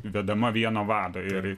vedama vieno vado ir